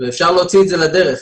ואפשר להוציא את זה לדרך.